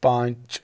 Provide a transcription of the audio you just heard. پانچ